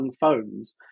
phones